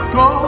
go